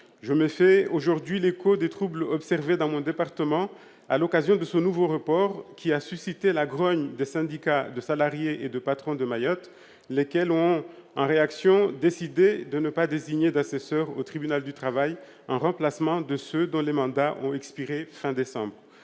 Je me fais aujourd'hui l'écho des troubles observés dans mon département à l'occasion de ce nouveau report, qui a suscité la grogne des syndicats de salariés et de patrons de Mayotte, lesquels ont décidé, en réaction, de ne pas désigner d'assesseurs au tribunal du travail, en remplacement de ceux dont les mandats expiraient